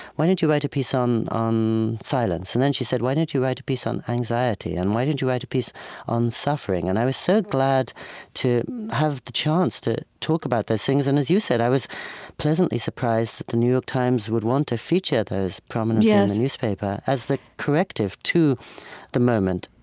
why don't you write a piece on um silence? and then she said, why don't you write a piece on anxiety? and, why don't you write a piece on suffering? and i was so glad to have the chance to talk about those things. and, as you said, i was pleasantly surprised that the new york times would want to feature those prominently in and the newspaper as the corrective to the moment